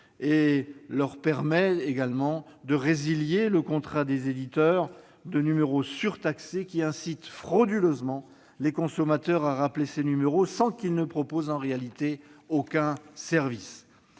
et leur permet de résilier le contrat des éditeurs de numéros surtaxés qui incitent frauduleusement les consommateurs à rappeler ces numéros sans qu'ils proposent en réalité un quelconque service.